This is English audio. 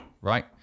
Right